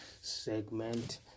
segment